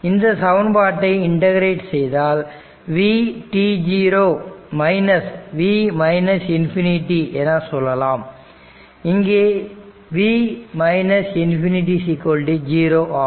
இந்த சமன்பாட்டை இன்டக்கிரேட் செய்தால் v v ∞ என்ன சொல்லலாம் இங்கே v ∞ 0 ஆகும்